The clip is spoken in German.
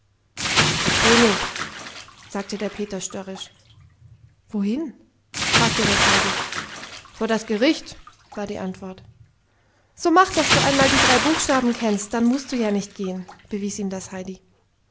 ich geh nicht sagte der peter störrisch wohin fragte das heidi vor das gericht war die antwort so mach daß du einmal die drei buchstaben kennst dann mußt du ja nicht gehen bewies ihm das heidi